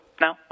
No